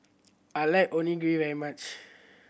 I like Onigiri very much